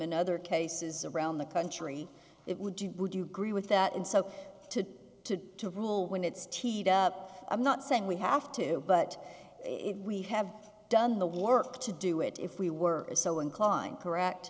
in other cases around the country it would you would you agree with that and so to to to rule when it's teed up i'm not saying we have to but we have done the work to do it if we were so inclined c